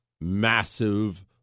Massive